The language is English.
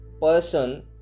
person